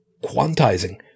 quantizing